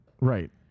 Right